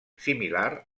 similar